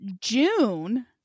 june